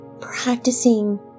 Practicing